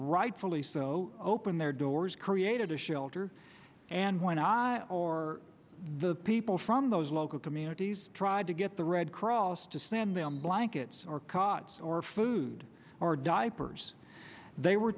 rightfully so opened their doors created a shelter and when i or the people from those local communities tried to get the red cross to send them blankets or cots or food or diapers they were